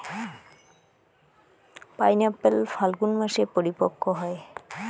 pineapple ফাল্গুন মাসে পরিপক্ব হয়